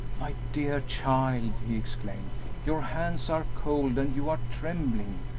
my dear child! he exclaimed your hands are cold and you are trembling!